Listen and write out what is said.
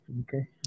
Okay